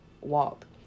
walk